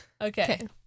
Okay